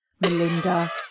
Melinda